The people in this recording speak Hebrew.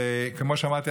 כמו שאמרתי,